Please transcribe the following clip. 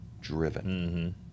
driven